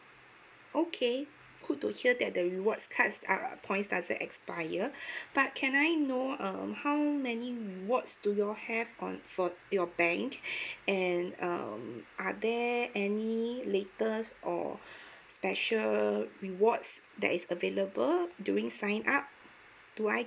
okay cool to hear that the rewards cards uh points doesn't expire but can I know um how many rewards do you all have on for your bank and um are there any latest or special err rewards that is available during sign up do I